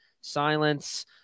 silence